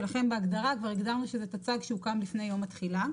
ולכן בהגדרה כבר הגדרנו שזה טצ"ג שהוקם לפני יום התחילה.